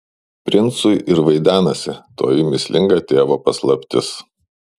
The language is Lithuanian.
princui ir vaidenasi toji mįslinga tėvo paslaptis